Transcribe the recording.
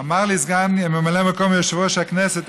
אמר לי ממלא מקום יושב-ראש הכנסת,